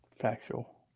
Factual